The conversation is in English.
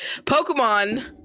pokemon